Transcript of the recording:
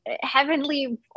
heavenly